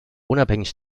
unabhängig